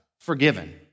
forgiven